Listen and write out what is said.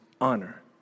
honor